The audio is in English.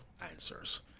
answers